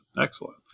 excellent